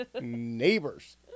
Neighbors